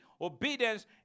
Obedience